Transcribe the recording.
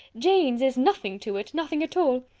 jane's is nothing to it nothing at all.